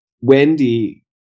Wendy